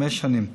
לחמש שנים.